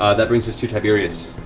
ah that brings us to tiberius.